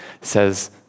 says